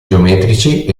geometrici